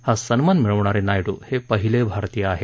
हा सन्मान मिळवणारे नायडू हे पहिले भारतीय आहेत